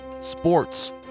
sports